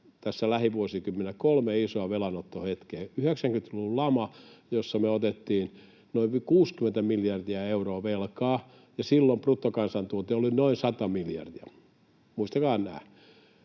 tässä lähivuosikymmeninä kolme isoa velanottohetkeä: Oli 90-luvun lama, jossa me otettiin noin 60 miljardia euroa velkaa, ja silloin bruttokansantuote oli noin 100 miljardia — muistakaa nämä.